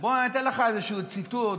אני אתן לך איזשהו ציטוט,